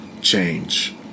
change